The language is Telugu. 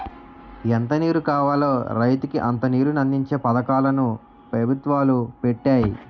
ఎంత నీరు కావాలో రైతుకి అంత నీరుని అందించే పథకాలు ను పెభుత్వాలు పెట్టాయి